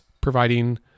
providing